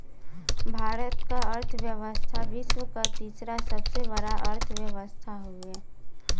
भारत क अर्थव्यवस्था विश्व क तीसरा सबसे बड़ा अर्थव्यवस्था हउवे